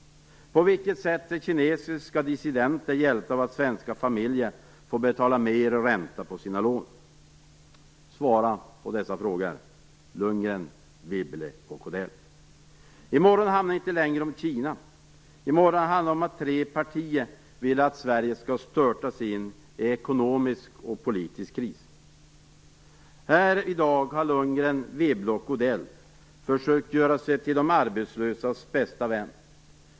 På vilket sätt är kinesiska dissidenter hjälpta av att svenska familjer får betala mer i ränta på sina lån? Svara på dessa frågor, Lundgren, Wibble och Odell! I morgon handlar det inte längre om Kina. I morgon handlar det om att tre partier vill att Sverige skall störtas in i ekonomisk och politisk kris. Här i dag har Lundgren, Wibble och Odell försökt att göra sig till de arbetslösas bästa vän.